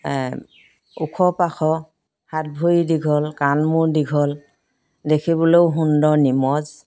ওখ পাশ হাত ভৰি দীঘল কাণ মোৰ দীঘল দেখিবলৈ সুন্দৰ নিমজ